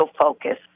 focus